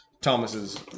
Thomas's